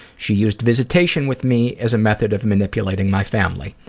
she used visitation with me as a method of manipulating my family.